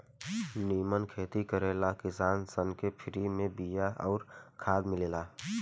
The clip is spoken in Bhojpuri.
निमन खेती करे ला किसान सन के फ्री में बिया अउर खाद मिलेला